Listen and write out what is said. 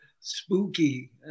spooky